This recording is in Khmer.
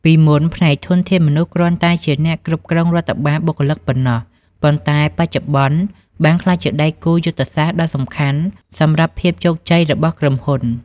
ពីមុន ផ្នែកធនធានមនុស្សគ្រាន់តែជាអ្នកគ្រប់គ្រងរដ្ឋបាលបុគ្គលិកប៉ុណ្ណោះ ប៉ុន្តែបច្ចុប្បន្នបានក្លាយជាដៃគូយុទ្ធសាស្ត្រដ៏សំខាន់សម្រាប់ភាពជោគជ័យរបស់ក្រុមហ៊ុន។